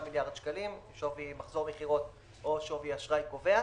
מיליארד שקלים שווי מחזור מכירות או שווי אשראי קובע,